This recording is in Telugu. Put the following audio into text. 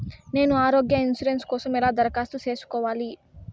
నేను ఆరోగ్య ఇన్సూరెన్సు కోసం ఎలా దరఖాస్తు సేసుకోవాలి